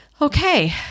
Okay